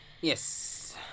Yes